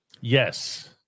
Yes